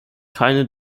keine